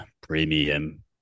premium